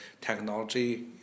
technology